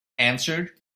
answered